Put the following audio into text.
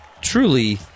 truly